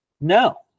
No